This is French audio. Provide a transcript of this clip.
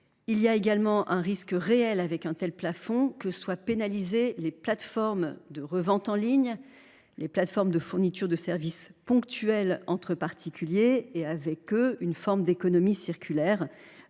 il y a un risque réel, avec un tel plafond, que soient pénalisées les plateformes de revente en ligne ou de fourniture de services ponctuels entre particuliers, et avec eux une forme d’économie circulaire